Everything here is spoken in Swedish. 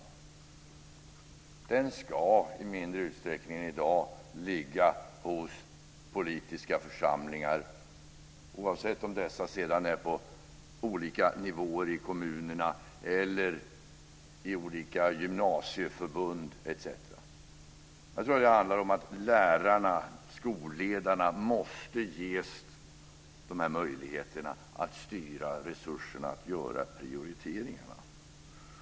Prioriteringarna ska i mindre utsträckning än i dag göras av politiska församlingar, oavsett om dessa sedan är på olika nivåer i kommunerna eller i olika gymnasieförbund etc. Jag tror att det handlar om att lärarna och skolledarna måste ges dessa möjligheter att styra resurserna och göra prioriteringarna.